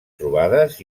trobades